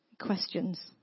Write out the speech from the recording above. questions